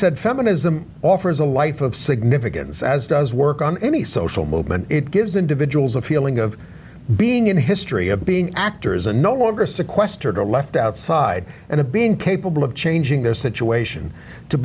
said feminism offers a life of significance as does work on any social movement it gives individuals a feeling of being in history of being actors and no longer sequestered or left outside and a being capable of changing their situation to